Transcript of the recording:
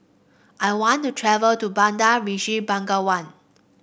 I want to travel to Bandar Resi Begawan